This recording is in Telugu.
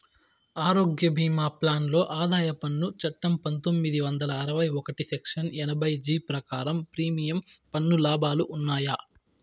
ఆరోగ్య భీమా ప్లాన్ లో ఆదాయ పన్ను చట్టం పందొమ్మిది వందల అరవై ఒకటి సెక్షన్ ఎనభై జీ ప్రకారం ప్రీమియం పన్ను లాభాలు ఉన్నాయా?